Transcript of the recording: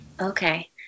Okay